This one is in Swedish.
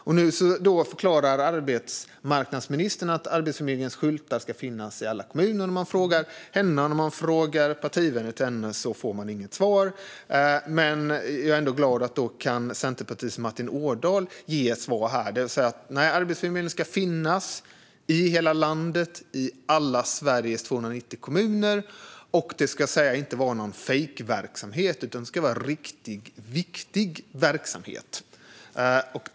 Nu förklarar arbetsmarknadsministern att Arbetsförmedlingens skyltar ska finnas i alla kommuner. När man frågar henne och hennes partivänner får man inget svar. Men jag är glad att Centerpartiets Martin Ådahl ändå kan ge ett svar, det vill säga att Arbetsförmedlingen ska finnas i hela landet, i Sveriges alla 290 kommuner. Och det ska inte vara någon fejkverksamhet utan riktig, viktig verksamhet.